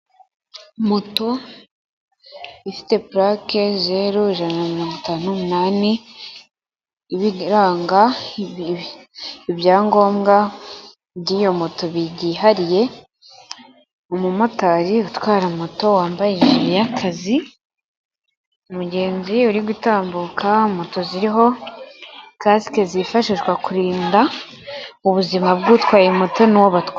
Moto ifite purake zeru ijana na mirongo itanu n'umunani, ibiranga ibyangombwa by'iyo moto bi byihariye. Umumotari utwara moto wambaye ijire y'akazi, umugenzi uri gutambuka, moto ziriho kasike zifashishwa kurinda ubuzima bwutwaye moto nuwo batwaye.